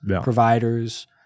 providers